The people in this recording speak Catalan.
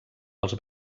els